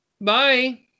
Bye